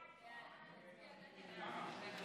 חוק